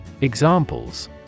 Examples